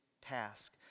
task